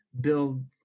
build